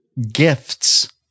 Gifts